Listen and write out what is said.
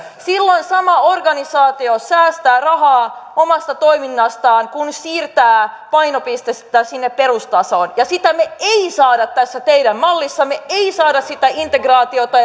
silloin sama organisaatio säästää rahaa omasta toiminnastaan kun siirtää painopistettä sinne perustasoon ja sitä me emme saa tässä teidän mallissanne emme saa sitä integraatiota